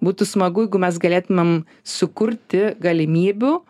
būtų smagu jeigu mes galėtumėm sukurti galimybių